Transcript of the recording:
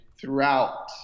throughout